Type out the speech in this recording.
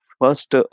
first